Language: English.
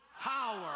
power